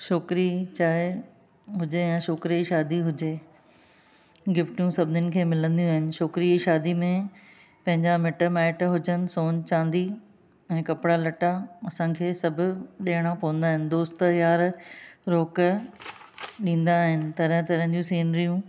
छोकिरी चाहे हुजे या छोकिरे जी शादी हुजे गिफ़्टूं सभिनिनि खे मिलंदियूं आहिनि छोकिरीअ जी शादी में पंहिंजा मिट माइट हुजनि सोन चांदी ऐं कपिड़ा लटा असांखे सभु ॾियणा पवंदा आहिनि दोस्त यार रोक ॾींदा आहिनि तरह तरह जूं सीनरियूं